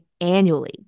annually